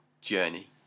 Journey